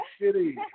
City